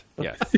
yes